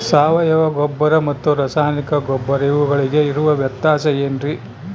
ಸಾವಯವ ಗೊಬ್ಬರ ಮತ್ತು ರಾಸಾಯನಿಕ ಗೊಬ್ಬರ ಇವುಗಳಿಗೆ ಇರುವ ವ್ಯತ್ಯಾಸ ಏನ್ರಿ?